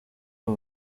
abo